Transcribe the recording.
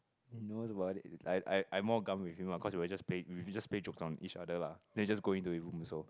he knows about it I I I more gum with him lah because we were just play we just play joke on each other lah then you just go in to his room also